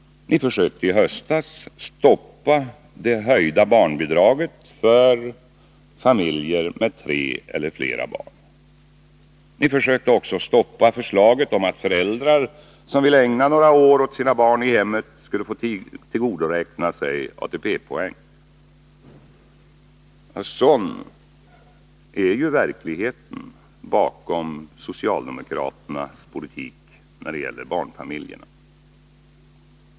Ni försökte i höstas stoppa den föreslagna ökningen av barnbidraget för familjer med tre eller fler barn. Ni försökte också stoppa förslaget om att föräldrar, som vill ägna några år åt 3 Riksdagens protokoll 19811/82:70-71 sina barn i hemmet, skulle få tillgodoräkna sig ATP-poäng. Sådan är verkligheten bakom socialdemokraternas politik när det gäller barnfamiljerna.